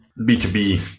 B2B